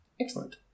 excellent